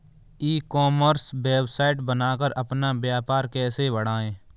ई commerce website बनाकर अपना व्यापार कैसे बढ़ाएँ?